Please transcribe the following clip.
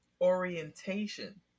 orientation